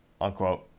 unquote